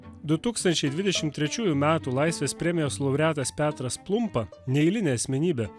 du tūkstančiai dvidešim trečiųjų metų laisvės premijos laureatas petras plumpa neeilinė asmenybė